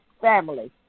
family